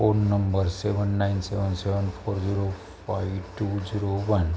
phone number seven nine seven seven four zero five two zero one